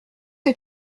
que